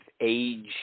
age